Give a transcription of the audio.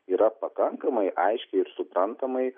yra pakankamai aiškiai ir suprantamai